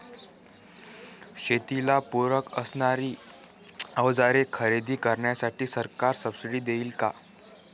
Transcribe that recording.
शेतीला पूरक असणारी अवजारे खरेदी करण्यासाठी सरकार सब्सिडी देईन का?